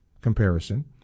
comparison